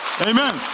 Amen